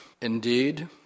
indeed